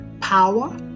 power